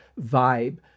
vibe